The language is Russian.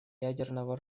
ядерного